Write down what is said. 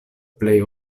plej